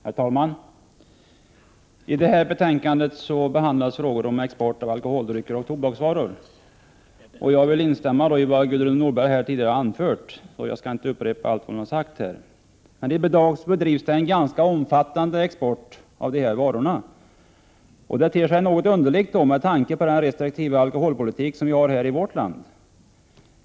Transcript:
Herr talman! I det här betänkandet behandlas frågor om export av alkoholdrycker och tobaksvaror. Jag vill instämma i det Gudrun Norberg tidigare har anfört. Jag skall inte upprepa allt hon har sagt. I dag bedrivs en ganska omfattande export av dessa varor. Det ter sig något underligt med tanke på den restriktiva alkoholpolitik vi har i vårt land.